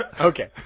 Okay